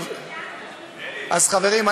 חברים,